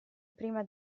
prima